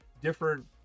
different